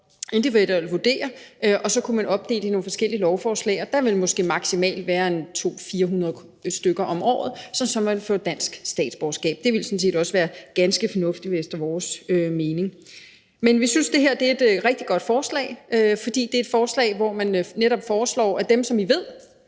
individuelt at vurdere, og så kunne man opdele det i nogle forskellige lovforslag, og der ville måske maksimalt være en 200-400 stykker om året, som så ville få dansk statsborgerskab. Det ville sådan set også være ganske fornuftigt efter vores mening. Men vi synes, det her er et rigtig godt forslag, fordi det er et forslag, hvor man netop foreslår, at dem, som vi